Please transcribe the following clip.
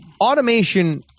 automation